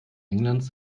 englands